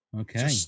Okay